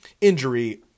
injury